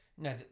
No